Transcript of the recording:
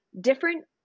different